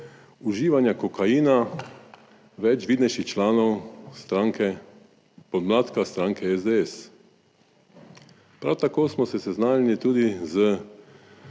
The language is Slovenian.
uživanja kokaina več vidnejših članov stranke, podmladka stranke SDS. Prav tako smo se seznanili tudi z